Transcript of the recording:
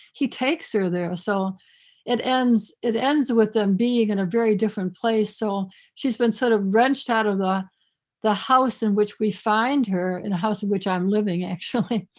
he takes her there. so it ends it ends with them being in a very different place. so she's been sort of wrenched out of the the house in which we find her, in a house of which i'm living actually.